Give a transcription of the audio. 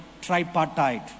tripartite